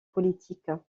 politiques